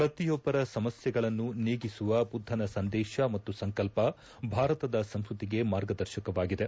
ಪ್ರತಿಯೊಬ್ಬರ ಸಮಸ್ಥೆಗಳನ್ನು ನೀಗಿಸುವ ಬುದ್ದನ ಸಂದೇಶ ಮತ್ತು ಸಂಕಲ್ಪ ಭಾರತದ ಸಂಸ್ಕೃತಿಗೆ ಮಾರ್ಗದರ್ಶಕವಾಗಿದೆ